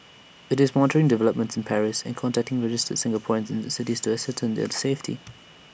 it's monitoring developments in Paris and contacting registered Singaporeans in the city to ascertain their safety